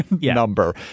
number